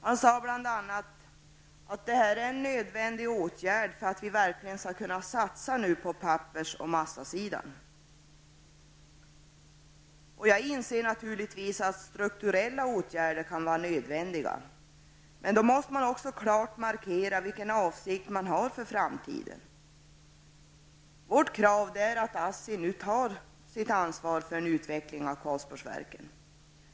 Han sade bl.a. att detta är en nödvändig åtgärd för att man verkligen skall kunna satsa på pappers och massasidan. Jag inser naturligtvis att strukturella åtgärder kan vara nödvändiga, men då måste man också klart markera vilken avsikt man har för framtiden. Vårt krav är att ASSI nu tar sitt ansvar för en utveckling i Karlsborgsverken.